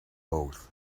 both